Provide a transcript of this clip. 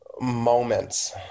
moments